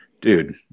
dude